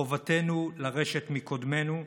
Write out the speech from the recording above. חובתנו לרשת מקודמינו,